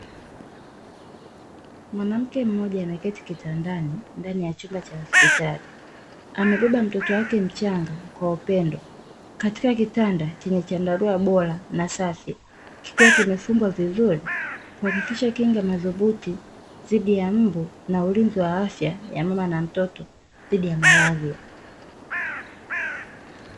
Mwanamke mmoja ameketi kitandani ndani ya chumba cha hospitali, amebeba mtoto wake mchanga kwa upendo katika kitanda chenye chandarua bora na safi kikiwa kimefungwa vizuri kuhakikisha kinga madhubuti dhidi ya mbu na ulinzi wa afya ya mama na mtoto dhidi ya maralia.